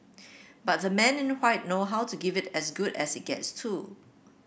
but the men in know how to give it as good as it gets too